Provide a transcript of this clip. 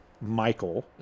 Michael